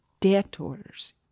debtors